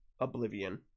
Oblivion